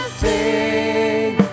sing